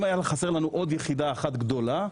אם היתה חסרה לנו עוד יחידה אחת גדולה,